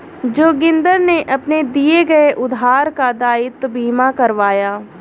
जोगिंदर ने अपने दिए गए उधार का दायित्व बीमा करवाया